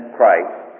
Christ